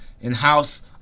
in-house